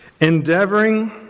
endeavoring